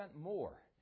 more